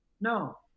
No